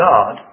God